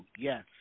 yes